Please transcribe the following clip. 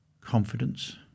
confidence